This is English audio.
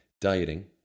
dieting